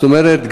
זאת אומרת,